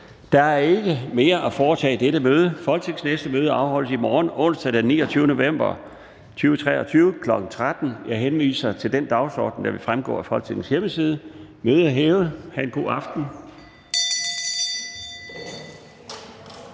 Der er ikke mere at foretage i dette møde. Folketingets næste møde afholdes i morgen, onsdag den 29. november 2023, kl. 13.00. Jeg henviser til den dagsorden, der vil fremgå af Folketingets hjemmeside. Hav en god aften.